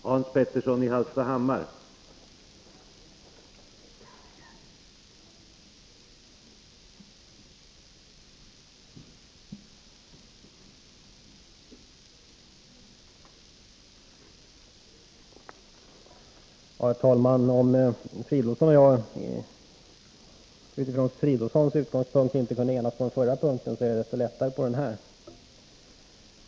Herr talman! Om Filip Fridolfsson och jag från hans utgångspunkt inte kunde enas på den förra punkten, så är det desto lättare på den här.